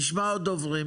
נשמע עוד דוברים,